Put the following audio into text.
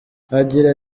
agira